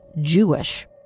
Jewish